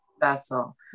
vessel